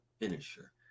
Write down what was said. finisher